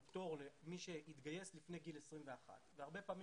הוא פטור למי שהתגייס לפני גיל 21. הרבה פעמים